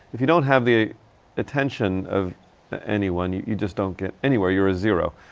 if you don't have the attention of ah anyone, you, you just don't get anywhere. you're a zero.